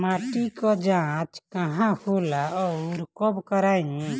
माटी क जांच कहाँ होला अउर कब कराई?